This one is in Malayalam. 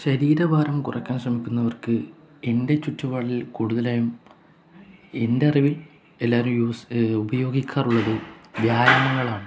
ശരീരഭാരം കുറയ്ക്കാൻ ശ്രമിക്കുന്നവർക്ക് എൻ്റെ ചുറ്റുപാടിൽ കൂടുതലായും എൻ്റെ അറിവിൽ എല്ലാവരും യൂസ് ഉപയോഗിക്കാറുള്ളത് വ്യായാമങ്ങളാണ്